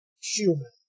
human